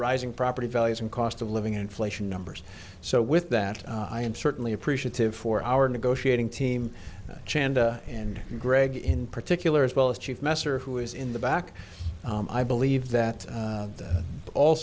rising property values and cost of living inflation numbers so with that i am certainly appreciative for our negotiating team chanda and greg in particular as well as chief messer who is in the back i believe that that all